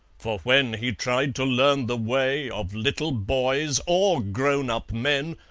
for when he tried to learn the way of little boys or grown-up men,